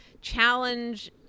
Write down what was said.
challenge